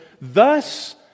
Thus